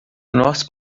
nós